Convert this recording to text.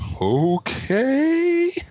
Okay